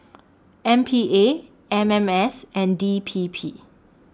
M P A M M S and D P P